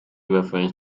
reference